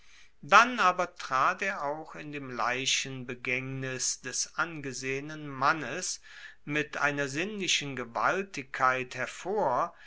dann aber trat er auch in dem leichenbegaengnis des angesehenen mannes mit einer sinnlichen gewaltigkeit hervor